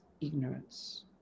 ignorance